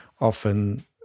often